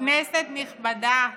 כנסת נכבדה,